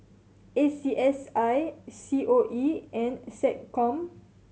A C S I C O E and SecCom